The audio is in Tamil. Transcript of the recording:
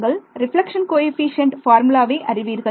நீங்கள் ரெப்லக்ஷன் கோஎஃபீஷியேன்ட் ஃபார்முலாவை அறிவீர்கள்